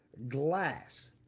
glass